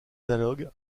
analogue